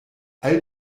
all